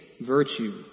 virtue